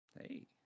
hey